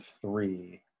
three